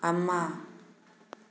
ꯑꯃ